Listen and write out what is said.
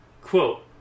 Quote